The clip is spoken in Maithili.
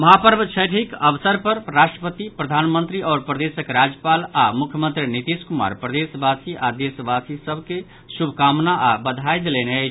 महापर्व छठिक अवसर राष्ट्रपति प्रधान मंत्री आओर प्रदेशक राज्यपाल आ मुख्यमंत्री नीतीश कुमार प्रदेश आओर देशवासी सभ के शुभकामना आ बधाई देलनि अछि